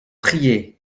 prier